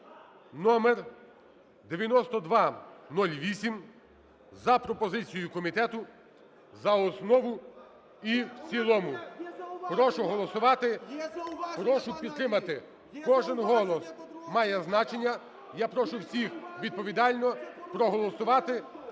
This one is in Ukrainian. (№ 9208) за пропозицією комітету за основу і в цілому. Прошу голосувати. Прошу підтримати. Кожен голос має значення. Я прошу всіх відповідально проголосувати,